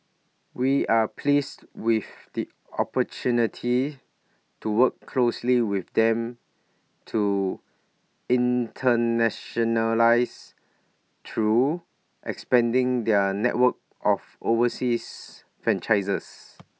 we are pleased with the opportunity to work closely with them to internationalise through expanding their network of overseas franchisees